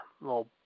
little